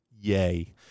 yay